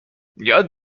یاد